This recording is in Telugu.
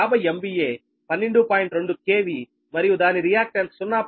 2 KV మరియు దాని రియాక్టన్స్ 0